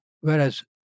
Whereas